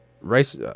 race